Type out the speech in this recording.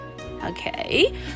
Okay